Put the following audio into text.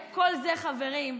חברים,